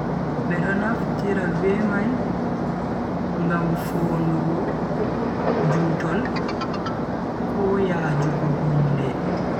Be do naftira be mai, ngam fondugo jutol ko yajugo hunde.